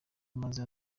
amaze